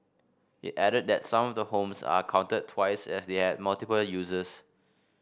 it added that some of the homes are counted twice as they have multiple uses